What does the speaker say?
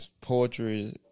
poetry